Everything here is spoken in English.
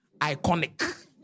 iconic